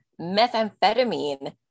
methamphetamine